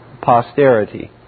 Posterity